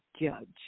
judge